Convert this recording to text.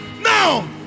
now